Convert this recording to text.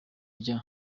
rya